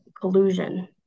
collusion